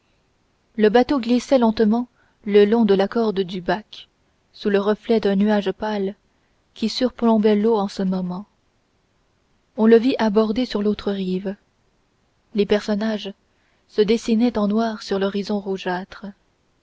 le bateau glissait lentement le long de la corde du bac sous le reflet d'un nuage pâle qui surplombait l'eau en ce moment on le vit aborder sur l'autre rive les personnages se dessinaient en noir sur l'horizon rougeâtre